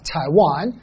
Taiwan